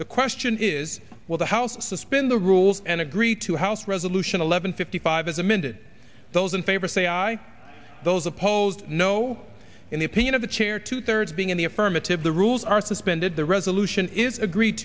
the question is will the house suspend the rules and agree to house resolution eleven fifty five as amended those in favor say aye those opposed no in the opinion of the chair two thirds being in the affirmative the rules are suspended the resolution is agreed